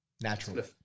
Natural